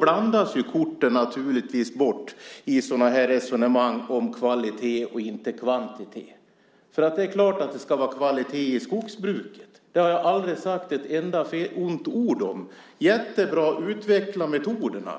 blandas korten naturligtvis bort i sådana här resonemang om kvalitet och inte kvantitet. Det är klart att det ska vara kvalitet i skogsbruket. Det har jag aldrig sagt ett enda ont ord om. Jättebra, utveckla metoderna!